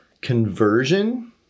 conversion